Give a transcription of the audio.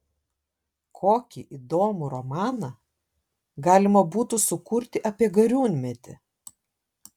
kokį įdomų romaną galima būtų sukurti apie gariūnmetį